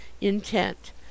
intent